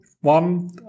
one